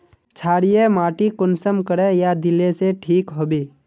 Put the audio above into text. क्षारीय माटी कुंसम करे या दिले से ठीक हैबे?